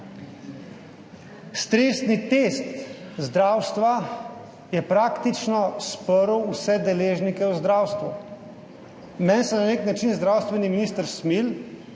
Stresni test zdravstva je praktično sprl vse deležnike v zdravstvu. Meni se na nek način zdravstveni minister smili,